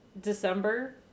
December